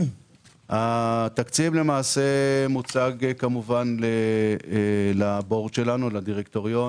התקציב למעשה מוצג למעשה לדירקטוריון שלנו.